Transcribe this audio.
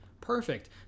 perfect